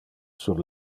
sur